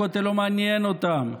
הכותל לא מעניין אותם.